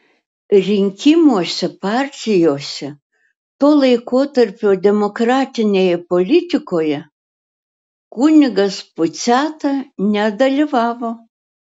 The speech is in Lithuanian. rinkimuose partijose to laikotarpio demokratinėje politikoje kunigas puciata nedalyvavo